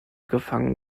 gefangen